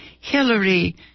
Hillary